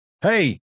Hey